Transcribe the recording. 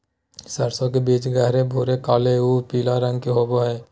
सरसों के बीज गहरे भूरे काले आऊ पीला रंग के होबो हइ